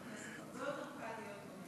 זה לא נכון,